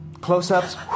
Close-ups